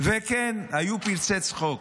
וכן, היו פרצי צחוק.